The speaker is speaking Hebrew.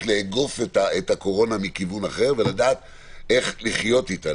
לאגוף את הקורונה מכיוון אחר ולדעת איך לחיות איתה.